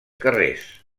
carrers